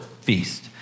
feast